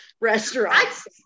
restaurants